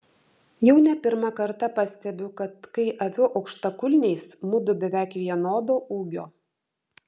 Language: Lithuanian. jau ne pirmą kartą pastebiu kad kai aviu aukštakulniais mudu beveik vienodo ūgio